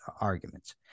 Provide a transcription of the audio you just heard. arguments